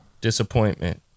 Disappointment